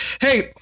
Hey